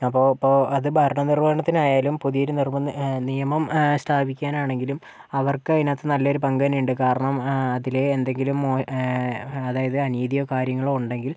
അപ്പം അപ്പം അത് ഭരണ നിർവഹണത്തിന് ആയാലും പുതിയൊരു നിയമം സ്ഥാപിക്കാനാണെങ്കിലും അവർക്ക് അതിനകത്ത് നല്ലൊരു പങ്ക് തന്നെ ഉണ്ട് കാരണം അതിലെ എന്തെങ്കിലും അതായത് അനീതിയോ കാര്യങ്ങളോ ഉണ്ടെങ്കിൽ